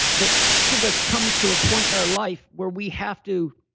but each of us comes to a point in our life where we have to